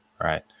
right